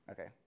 Okay